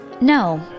No